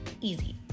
Easy